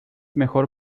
mejor